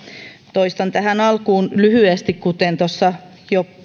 toistan tähän alkuun lyhyesti kuten jo